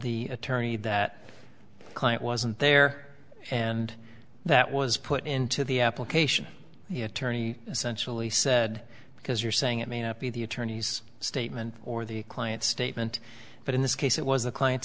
the attorney that the client wasn't there and that was put into the application the attorney essential he said because you're saying it may not be the attorney's statement or the client statement but in this case it was the client